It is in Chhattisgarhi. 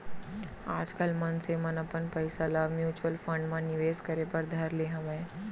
आजकल मनसे मन अपन पइसा ल म्युचुअल फंड म निवेस करे बर धर ले हवय